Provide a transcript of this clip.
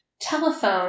telephone